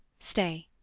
stay,